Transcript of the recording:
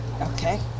Okay